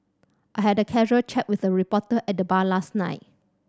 I had a casual chat with a reporter at the bar last night